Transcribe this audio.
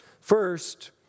First